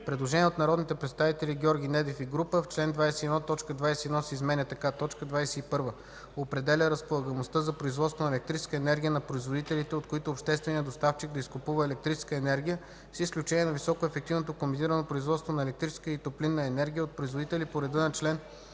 Предложение от народните представители Георги Недев и група: „В чл. 21 т. 21 се изменя така: „21. определя разполагаемостта за производство на електрическа енергия на производителите, от които общественият доставчик да изкупува електрическа енергия, с изключение на високоефективното комбинирано производство на електрическа и топлинна енергия от производители по реда на чл.